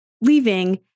leaving